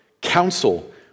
counsel